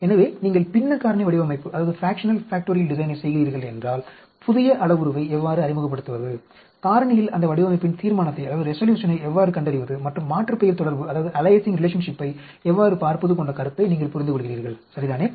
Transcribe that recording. எனவே நீங்கள் பின்ன காரணி வடிவமைப்பைச் செய்கிறீர்கள் என்றால் புதிய அளவுருவை எவ்வாறு அறிமுகப்படுத்துவது காரணியில் அந்த வடிவமைப்பின் தீர்மானத்தை எவ்வாறு கண்டறிவது மற்றும் மாற்றுப்பெயர் தொடர்பை எவ்வாறு பார்ப்பது போன்ற கருத்தை நீங்கள் புரிந்துகொள்கிறீர்கள் சரிதானே